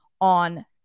on